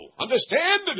Understand